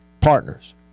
partners